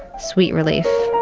sweet relief.